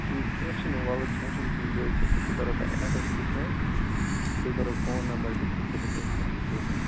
ٹھیٖک کیٚنٛہہ چھُ نہ وَلہٕ کیٚنٛہہ چھُ نہٕ تُہۍ وٲتۍزیٚو تہٕ بہٕ کرہو تۄہہِ ایٚڈرَس تہِ سیٚنٛڈ بیٚیہِ کرہو فون نمبر تہِ تُہۍ کٔرِو تتھ پیٚٹھ پیٚمٮ۪نٛٹ